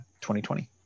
2020